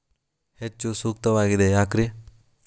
ಹೆಚ್ಚು ಸೂಕ್ತವಾಗಿದೆ ಯಾಕ್ರಿ?